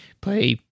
play